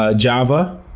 ah java,